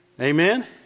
Amen